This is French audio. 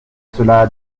cela